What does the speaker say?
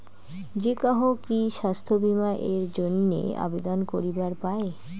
যে কাহো কি স্বাস্থ্য বীমা এর জইন্যে আবেদন করিবার পায়?